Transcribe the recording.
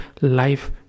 life